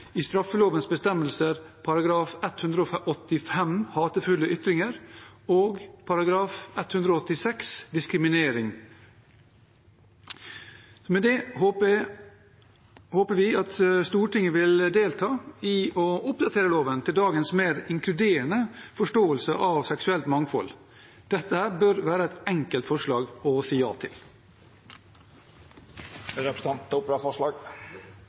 i straffelovens bestemmelser, jf. § 185. Hatefulle ytringer og § 186. Diskriminering.» Med det håper vi at Stortinget vil delta i å oppdatere loven til dagens mer inkluderende forståelse av seksuelt mangfold. Dette bør være et enkelt forslag å si ja